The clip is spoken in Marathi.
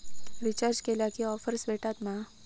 रिचार्ज केला की ऑफर्स भेटात मा?